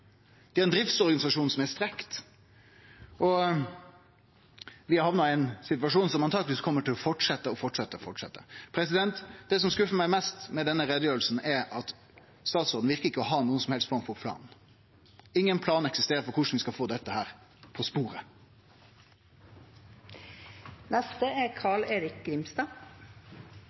Det er ein driftsorganisasjon som er strekt, og vi har hamna i ein situasjon som antakeleg kjem til å fortsetje og fortsetje og fortsetje. Det som skuffar meg mest med denne utgreiinga, er at statsråden ikkje verkar å ha nokon som helst form for plan. Ingen plan eksisterer for korleis vi skal få dette på